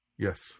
Yes